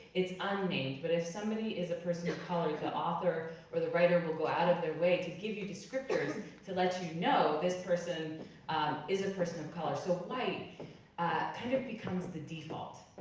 it's unnamed, but if somebody is a person of color the author or the writer will go out of their way to give you descriptors to let you know this person is a person of color. so white kind of becomes the default.